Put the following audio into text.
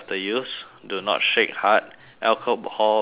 do not shake hard alcohol based ink